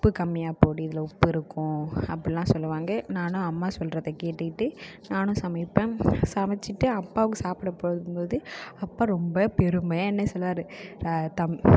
உப்பு கம்மியாக போடு இதில் உப்பு இருக்கும் அப்பெல்லாம் சொல்லுவாங்க நானும் அம்மா சொல்றதை கேட்டுக்கிட்டு நானும் சமைப்பேன் சமைச்சுட்டு அப்பாவுக்கு சாப்பிட போகும் போது அப்பா ரொம்ப பெருமையாக என்னை சொல்லுவார் தம்